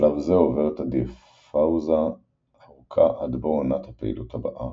ושלב זה עובר את הדיאפאוזה הארוכה עד בוא עונת הפעילות הבאה,